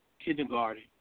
kindergarten